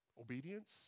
Obedience